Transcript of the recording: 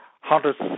hundreds